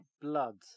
Blood